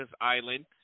Island